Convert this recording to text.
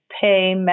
pay